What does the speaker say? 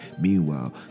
Meanwhile